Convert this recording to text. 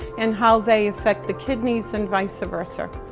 and how they affect the kidneys and vice ah versa.